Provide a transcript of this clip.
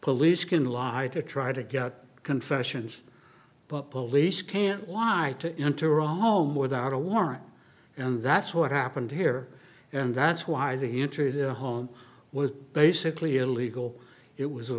police can lie to try to get confessions but police can't lie to enter all home without a warrant and that's what happened here and that's why the intruder home was basically illegal it was a